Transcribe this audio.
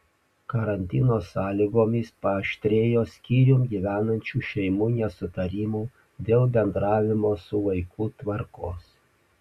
karantino sąlygomis paaštrėjo skyrium gyvenančių šeimų nesutarimų dėl bendravimo su vaiku tvarkos